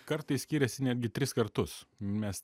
kartais skiriasi netgi tris kartus mes